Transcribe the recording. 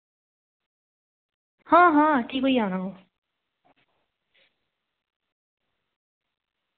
हां हां ठीक होई जाना हून